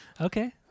Okay